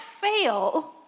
fail